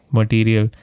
material